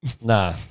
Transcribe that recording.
Nah